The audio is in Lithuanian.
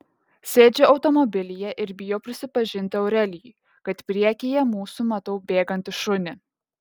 sėdžiu automobilyje ir bijau prisipažinti aurelijui kad priekyje mūsų matau bėgantį šunį